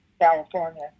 California